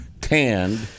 tanned